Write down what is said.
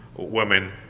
women